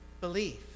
belief